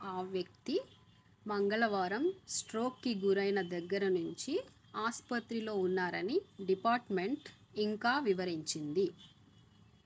ఆ వ్యక్తి మంగళవారం స్ట్రోక్కి గురైన దగ్గర నుంచి ఆసుపత్రిలో ఉన్నారని డిపార్ట్మెంట్ ఇంకా వివరించింది